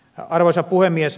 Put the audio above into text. arvoisa puhemies